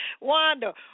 Wanda